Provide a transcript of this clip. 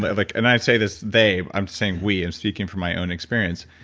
but like and i say this they, i'm saying we, i'm speaking from my own experience.